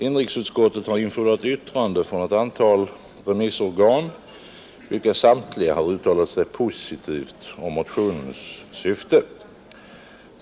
Inrikesutskottet har infordrat yttrande från ett antal remissorgan, vilka samtliga har uttalat sig positivt om motionens syfte.